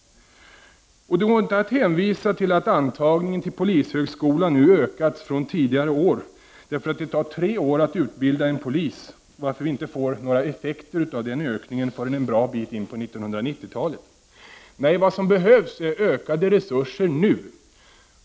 Det går inte att hänvisa till att antagningen till polishögskolan nu ökat från tidigare år. Det tar tre år att utbilda en polis, varför vi inte får några effekter av ökningen förrän en bra bit in på 1990-talet. Vad som behövs är ökade resurser nu.